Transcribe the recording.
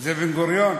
זה בן-גוריון?